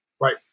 Right